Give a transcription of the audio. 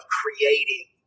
creating